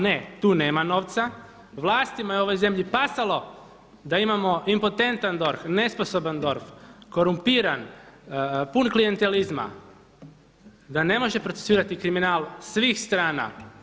Ne tu nema novca, vlastima je u ovoj zemlji pasalo da imamo impotentan DORH, nesposoban DORH, korumpiran, pun klijentelizma, da ne može procesuirati kriminal svih strana.